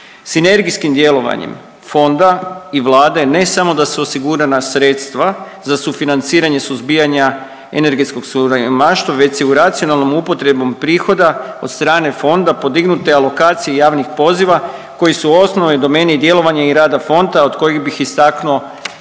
Sinergijskim djelovanjem fonda i Vlade ne samo da su osigurana sredstva za sufinanciranje suzbijanja energetskog siromaštva već se u racionalnom upotrebom prihoda od strane fonda podignute alokacije javnih poziva koji su u osnovnoj domeni djelovanja i rada fonta od kojih bi istaknuo